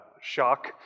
shock